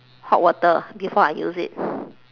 hot water before I use it